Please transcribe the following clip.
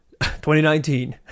2019